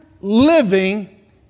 living